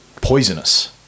poisonous